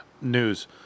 news